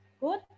good